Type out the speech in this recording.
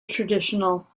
traditional